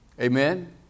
Amen